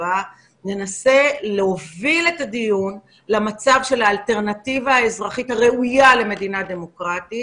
ננסה להוביל את הדיון למצב של אלטרנטיבה אזרחית הראויה למדינה דמוקרטית.